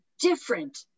different